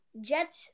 Jets